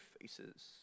faces